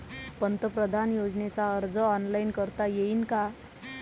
पंतप्रधान योजनेचा अर्ज ऑनलाईन करता येईन का?